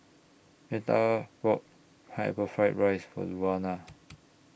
Meta bought Pineapple Fried Rice For Luana